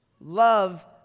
love